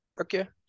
Okay